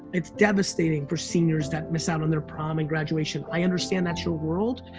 it's devastating for seniors that miss out on their prom and graduation, i understand that's your world,